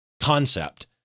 concept